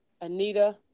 Anita